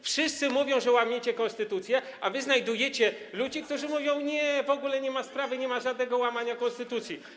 Wszyscy mówią, że łamiecie konstytucję, a wy znajdujecie ludzi, którzy mówią: nie, w ogóle nie ma sprawy, nie ma żadnego łamania konstytucji.